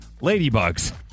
Ladybugs